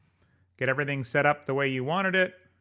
get everything set up the way you wanted it